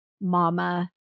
mama